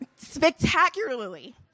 Spectacularly